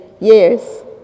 years